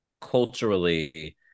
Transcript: culturally